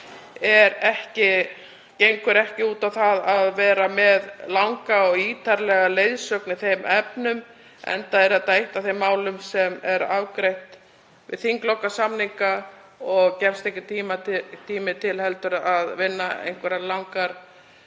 gengur ekki út á það að vera með langa og ítarlega leiðsögn í þeim efnum. Þetta er eitt af þeim málum sem er afgreitt við þinglokasamninga og gefst heldur ekki tími til að vinna einhverjar langar